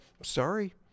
Sorry